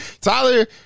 Tyler